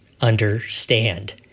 understand